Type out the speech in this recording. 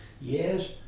yes